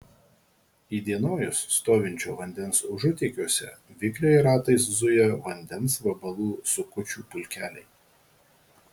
įdienojus stovinčio vandens užutėkiuose vikriai ratais zuja vandens vabalų sukučių pulkeliai